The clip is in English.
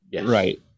Right